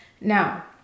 Now